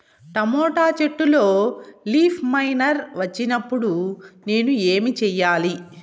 Tomato చెట్టులో leaf miner వచ్చినప్పుడు నేను ఏమి చెయ్యాలి?